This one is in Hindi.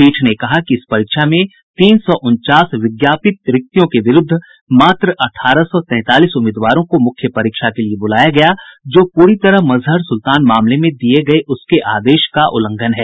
पीठ ने कहा कि इस परीक्षा में तीन सौ उनचास विज्ञापित रिक्तियों के विरुद्ध मात्र अठारह सौ तैंतालीस उम्मीदवारों को मुख्य परीक्षा के लिए बुलाया गया जो पूरी तरह मजहर सुल्तान मामले में दिये गये आदेश का उल्लंघन है